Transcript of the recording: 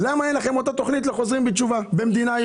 אין לכם את אותה תשובה בקשר לחוזרים בתשובה במדינה יהודית.